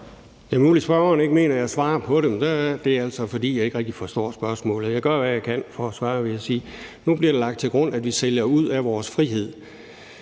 Det er muligt, at spørgeren ikke mener, at jeg svarer på det, men så er det altså, fordi jeg ikke rigtig forstår spørgsmålet. Jeg gør, hvad jeg kan, for at svare, vil jeg sige. Nu bliver det lagt til grund, at vi sælger ud af vores frihed.